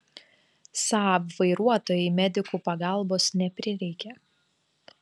saab vairuotojai medikų pagalbos neprireikė